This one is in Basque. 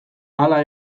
hala